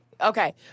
Okay